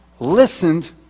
listened